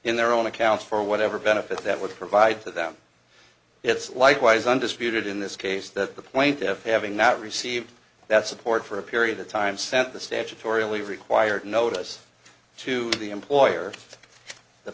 in their own accounts for whatever benefit that would provide to them it's likewise undisputed in this case that the point of having not received that support for a period of time sent the statutory only required notice to the employer the